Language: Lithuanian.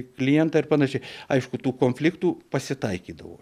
klientą ir panašiai aišku tų konfliktų pasitaikydavo